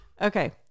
Okay